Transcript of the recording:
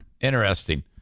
Interesting